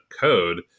code